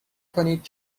کنید